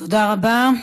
תודה רבה.